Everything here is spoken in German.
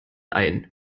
ein